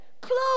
close